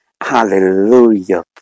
Hallelujah